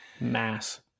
Mass